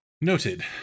Noted